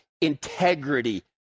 integrity